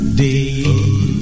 day